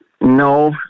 No